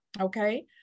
Okay